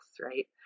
right